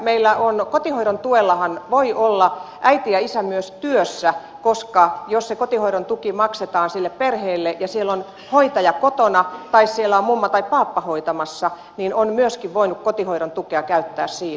meillä kotihoidon tuellahan voi olla äiti ja isä myös työssä koska jos se kotihoidon tuki maksetaan sille perheelle ja siellä on hoitaja kotona tai siellä on mummo tai paappa hoitamassa niin on myöskin voinut kotihoidon tukea käyttää siinä